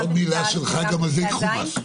--- עוד מילה שלך אז גם על זה ייקחו מס.